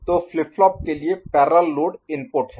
तो flip flop के लिए पैरेलल लोड इनपुट है